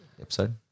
episode